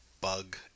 bug